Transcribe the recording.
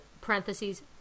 parentheses